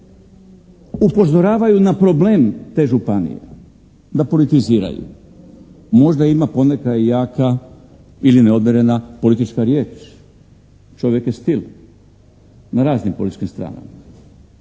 upozoravaju na problem te županije da politiziraju. Možda ima poneka i jaka …/Govornik se ne razumije./… politička riječ. Čovjek je stil, na raznim političkim stranama.